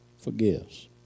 forgives